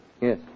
Yes